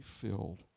filled